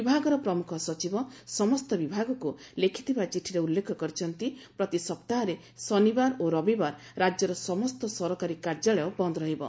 ବିଭାଗର ପ୍ରମୁଖ ସଚିବ ସମସ୍ତ ବିଭାଗକୁ ଲେଖ୍ଥିବା ଚିଠିରେ ଉଲ୍ଲେଖ କରିଛନ୍ତି ପ୍ରତି ସପ୍ତାହରେ ଶନିବାର ଓ ରବିବାର ରାଜ୍ୟର ସମସ୍ତ ସରକାରୀ କାର୍ଯ୍ୟାଳୟ ବନ୍ଦ୍ ରହିବ